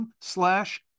slash